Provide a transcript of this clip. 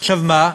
עכשיו מה?